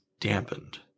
dampened